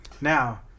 Now